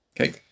Okay